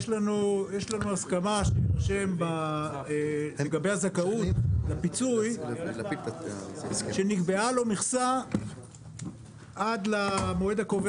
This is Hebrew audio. יש לנו הסכמה שיירשם לגבי הזכאות לפיצוי שנקבעה לו מכסה עד למועד הקובע